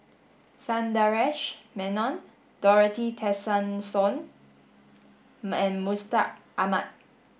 Sundaresh Menon Dorothy Tessensohn and Mustaq Ahmad